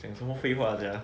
讲什么废话 sia